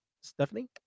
stephanie